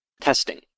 Testing